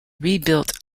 rebuilt